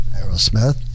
Aerosmith